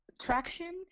traction